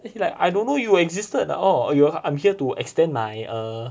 he like I don't know you existed the oh you I'm here to extend my err